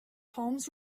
palms